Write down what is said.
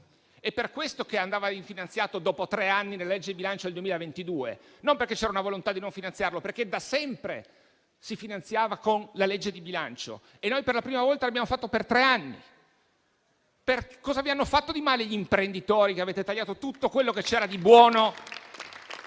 È per questo che andava rifinanziato dopo tre anni nella legge di bilancio 2022 e non perché c'era la volontà di non finanziarlo, perché da sempre si finanziava con la legge di bilancio, e noi per la prima volta lo abbiamo fatto per tre anni. Che cosa vi hanno fatto di male gli imprenditori per tagliare tutto quello che c'era di buono